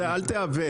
לא זה אל תעוות,